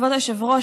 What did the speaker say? כבוד היושב-ראש,